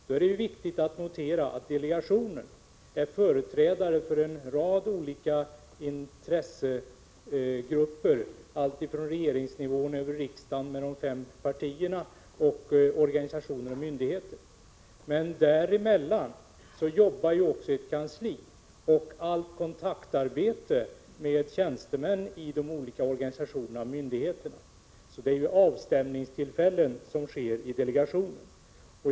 Då är det viktigt att notera att delegationen, där det ingår företrädare för en rad intressegrupper, alltifrån regeringsnivån över riksdagen med de fem partierna till myndigheter och organisationer, också har ett kansli däremellan för allt kontaktarbete med tjänstemän i de olika organisationerna och myndigheterna. Det är alltså avstämningen som sker vid delegationens sammanträden.